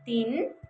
तिन